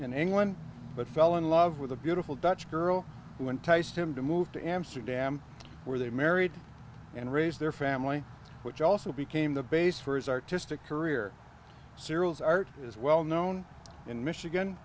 in england but fell in love with a beautiful dutch girl who enticed him to move to amsterdam where they married and raised their family which also became the base for his artistic career cyril's art is well known in michigan